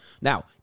Now